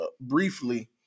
briefly